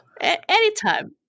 Anytime